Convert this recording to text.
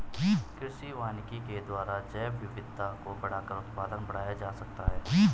कृषि वानिकी के द्वारा जैवविविधता को बढ़ाकर उत्पादन बढ़ाया जा सकता है